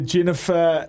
Jennifer